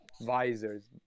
visors